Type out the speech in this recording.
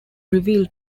revealed